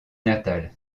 natale